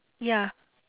ya